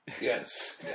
Yes